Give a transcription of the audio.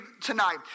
tonight